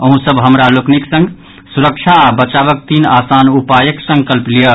अहूँ सभ हमरा लोकनि संग सुरक्षा आ बचावक तीन आसान उपायक संकल्प लियऽ